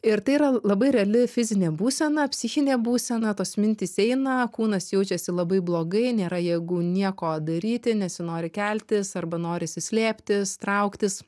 ir tai yra labai reali fizinė būsena psichinė būsena tos mintys eina kūnas jaučiasi labai blogai nėra jėgų nieko daryti nesinori keltis arba norisi slėptis trauktis